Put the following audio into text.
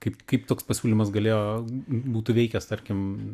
kaip kaip toks pasiūlymas galėjo būtų veikęs tarkim